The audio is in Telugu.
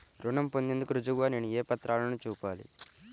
రుణం పొందేందుకు రుజువుగా నేను ఏ పత్రాలను చూపాలి?